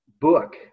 book